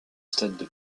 stade